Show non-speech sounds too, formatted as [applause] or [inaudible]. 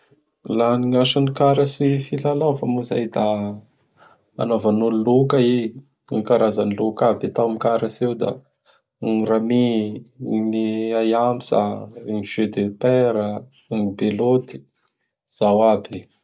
[noise] Laha ny gn' asan'ny karatsy filalaova moa izay da anaovan'olo loka i. Gny karazan'ny loka aby atao ami'ny karatsy io da: [noise] gny rami, gny aiamsa, gny jeu de paira, gny beloty. [noise] Zao aby.